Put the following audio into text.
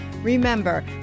Remember